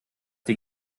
die